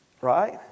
Right